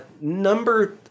Number